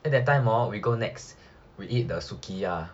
at that time hor we go nex we eat the sukiya